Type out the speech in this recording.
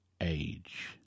age